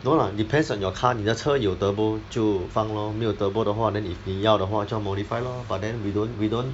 no lah depends on your car 你的车有 turbo 就放 lor 没有 turbo 的话 then if 你要的话就要 modify lor but then we don't we don't